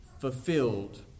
fulfilled